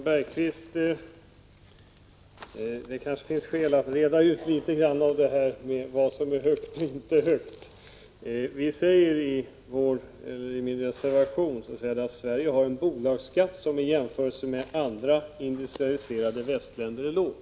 Herr talman! Det kanske finns skäl, Jan Bergqvist, att reda ut vad som är högt och inte högt. I min reservation säger jag att Sverige har en bolagsskatt som i jämförelse med andra industrialiserade västländer är låg.